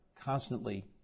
constantly